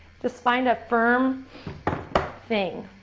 just find a firm thing.